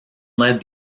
led